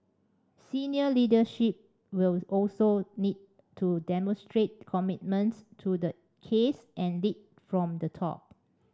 senior leadership will also need to demonstrate commitment to the case and lead from the top